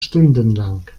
stundenlang